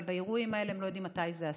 אבל באירועים האלה הם לא יודעים מתי זה הסוף.